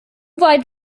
weit